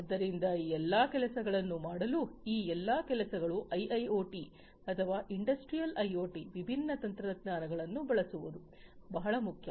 ಆದ್ದರಿಂದ ಈ ಎಲ್ಲಾ ಕೆಲಸಗಳನ್ನು ಮಾಡಲು ಈ ಎಲ್ಲಾ ಕೆಲಸಗಳು ಐಐಒಟಿ ಅಥವಾ ಇಂಡಸ್ಟ್ರಿಯಲ್ ಐಒಟಿಯಂತಹ ವಿಭಿನ್ನ ತಂತ್ರಜ್ಞಾನಗಳನ್ನು ಬಳಸುವುದು ಬಹಳ ಮುಖ್ಯ